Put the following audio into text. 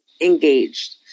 engaged